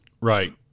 Right